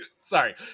Sorry